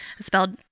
spelled